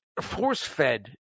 force-fed